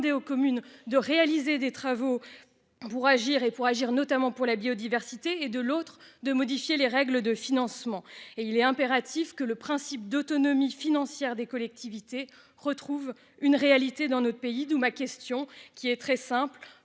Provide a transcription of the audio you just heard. aux communes de réaliser des travaux. Pour agir et pour agir, notamment pour la biodiversité et de l'autre, de modifier les règles de financement et il est impératif que le principe d'autonomie financière des collectivités retrouve une réalité dans notre pays, d'où ma question qui est très simple